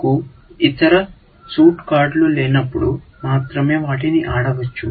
మీకు ఇతర సూట్ కార్డులు లేనప్పుడు మాత్రమే వాటిని ఆడవచ్చు